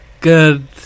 Good